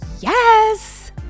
yes